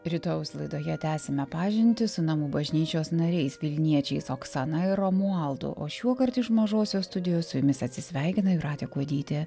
rytojaus laidoje tęsiame pažintį su namų bažnyčios nariais vilniečiais oksana ir romualdu o šiuokart iš mažosios studijos su jumis atsisveikina jūratė kuodytė